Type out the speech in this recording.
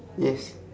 yes